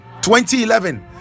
2011